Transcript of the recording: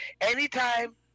Anytime